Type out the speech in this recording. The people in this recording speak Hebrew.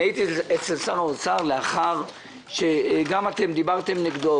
אני הייתי אצל שר לאחר שגם אתם דיברתם נגדו,